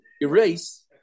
erase